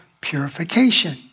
purification